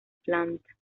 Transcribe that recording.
planta